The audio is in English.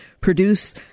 produce